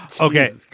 Okay